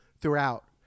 throughout